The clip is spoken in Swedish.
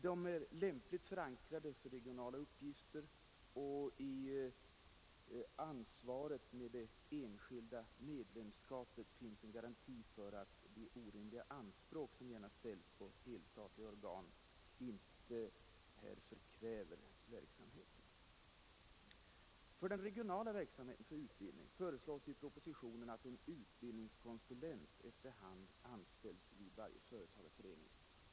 De är lämpligt förankrade för regionala uppgifter, och i ansvaret med det enskilda medlemskapet finns en garanti för att de orimliga anspråk som ofta ställs på helstatliga organ inte förkväver verksamheten. För den regionala verksamheten för utbildning föreslås i propositionen att en utbildningskonsulent efter hand anställs vid varje företagareförening.